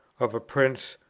of a prince,